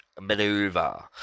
maneuver